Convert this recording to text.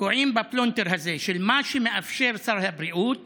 תקועים בפלונטר הזה של מה שמאפשר סל הבריאות